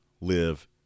Live